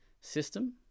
system